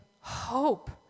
hope